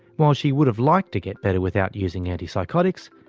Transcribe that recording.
while she would have liked to get better without using antipsychotics,